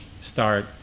start